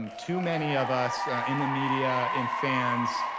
too many of us in the media, in fans,